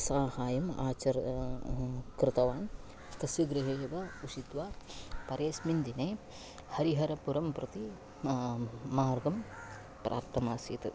सहाय्यम् आचरति कृतवान् तस्य गृहे एव उषित्वा परस्मिन् दिने हरिहरपुरं प्रति मार्गं प्राप्तमासीत्